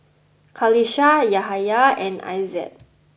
Qalisha Yahaya and Aizat